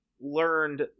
learned